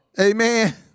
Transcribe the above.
Amen